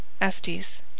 Estes